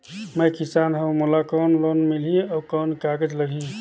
मैं किसान हव मोला कौन लोन मिलही? अउ कौन कागज लगही?